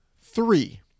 three